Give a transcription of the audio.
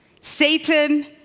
Satan